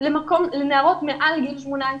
זה מקום לנערות מעל גיל 18,